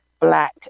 black